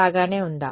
బాగానే ఉందా